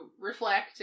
reflect